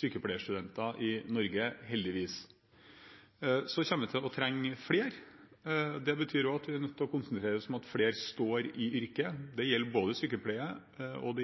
sykepleierstudenter i Norge. Så kommer vi til å trenge flere. Det betyr at vi er nødt til å konsentrere oss om at flere står i yrket. Det gjelder både sykepleiere og